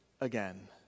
again